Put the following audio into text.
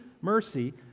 mercy